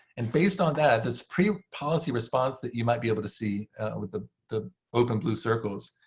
and based on that, this pre-policy response that you might be able to see with the the open blue circles,